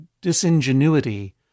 disingenuity